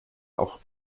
auch